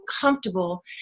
comfortable